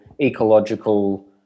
ecological